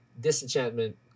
disenchantment